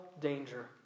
danger